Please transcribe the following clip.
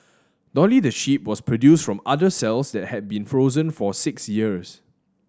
dolly the sheep was produced from udder cells that had been frozen for six years